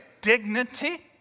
dignity